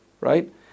right